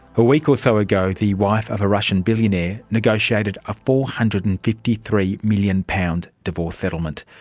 a week or so ago, the wife of a russian billionaire negotiated a four hundred and fifty three million pounds divorce settlement.